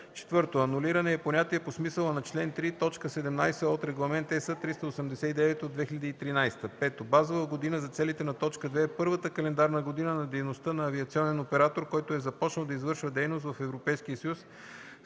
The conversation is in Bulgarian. газ). 4. „Анулиране” e понятие по смисъла на чл. 3, т. 17 от Регламент (ЕС) № 389/2013. 5. „Базова година” за целите на т. 2 е първата календарна година на дейността на авиационен оператор, който е започнал да извършва дейност в Европейския съюз